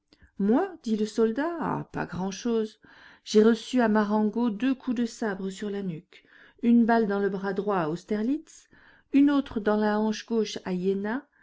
moi dit le soldat ah pas grand'chose j'ai reçu à marengo deux coups de sabre sur la nuque une balle dans le bras droit à austerlitz une autre dans la hanche gauche à iéna